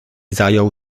zajął